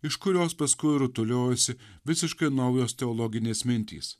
iš kurios paskui rutuliojosi visiškai naujos teologinės mintys